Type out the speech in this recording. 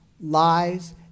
lies